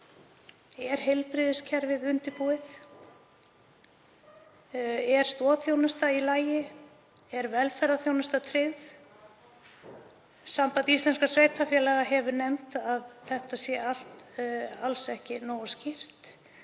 Er heilbrigðiskerfið undirbúið? Er stoðþjónusta í lagi? Er velferðarþjónusta tryggð? Samband íslenskra sveitarfélaga hefur nefnt að þetta allt sé alls ekki nógu skýrt.